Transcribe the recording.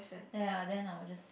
ya then I will just